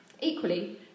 Equally